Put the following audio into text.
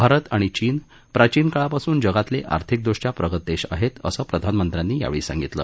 भारत आणि चीन प्राचीन काळापासून जगातले आर्थिकदृष्ट्या प्रगत देश आहेत असं प्रधानमंत्र्यांनी यावेळी सांगितलं